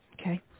Okay